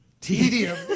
Tedium